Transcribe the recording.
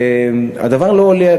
הדבר לא עולה,